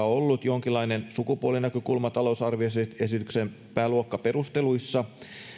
ollut jonkinlainen sukupuolinäkökulma talousarvioesityksen pääluokkaperusteluissa